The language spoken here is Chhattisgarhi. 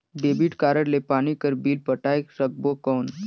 डेबिट कारड ले पानी कर बिल पटाय सकबो कौन?